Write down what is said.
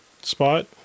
spot